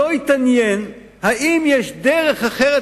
לא התעניין אם יש דרך אחרת